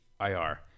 IR